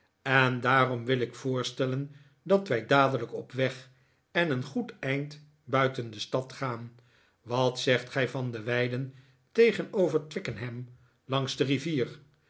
en daarom zou ik willen voorstellen dat wij dadelijk op weg en een goed eind buiten de stad gaan wat zegt gij van de weiden tegenover twickenham langs de rivier